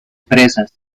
presas